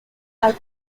are